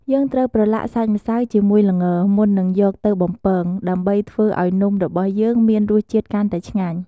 យើងត្រូវប្រឡាក់សាច់ម្សៅជាមួយល្ង មុននឹងយកទៅបំពង ដើម្បីធ្វើឲ្យនំរបស់យើងមានរសជាតិកាន់តែឆ្ងាញ់។